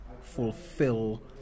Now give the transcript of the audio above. fulfill